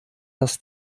das